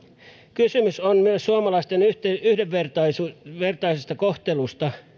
kysymys on myös suomalaisten yhdenvertaisesta yhdenvertaisesta kohtelusta